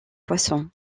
poissons